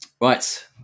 Right